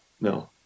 No